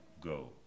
go